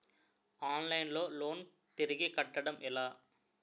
Online లో loan తిరిగి కట్టడం ఎలా?